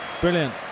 brilliant